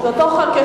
זה אותו חוק.